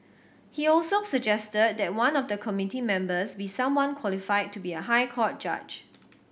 he also suggested that one of the committee members be someone qualified to be a High Court judge